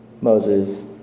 Moses